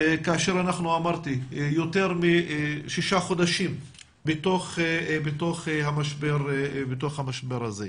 כאשר אנחנו יותר משישה חודשים בתוך המשבר הזה.